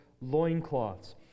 loincloths